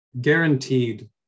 guaranteed